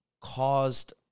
caused